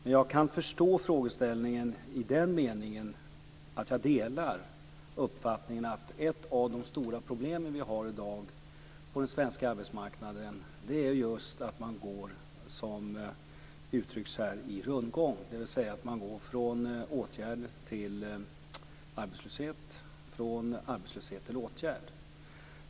Men jag kan förstå frågeställningen i den meningen, och jag delar den uppfattningen, att ett av de stora problemen vi har i dag på den svenska arbetsmarknaden är just att man går, som uttrycks här, i rundgång, dvs. man går från åtgärd till arbetslöshet, från arbetslöshet till åtgärd.